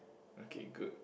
okay good